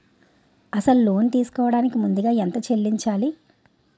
అసలు లోన్ తీసుకోడానికి ముందుగా ఎంత చెల్లించాలి?